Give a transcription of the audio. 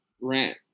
rent